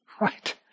Right